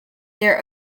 their